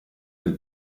del